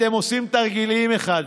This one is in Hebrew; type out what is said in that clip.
אתם עושים תרגילים אחד לשני.